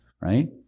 right